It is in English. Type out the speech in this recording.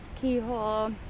keyhole